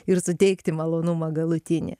ir suteikti malonumą galutinį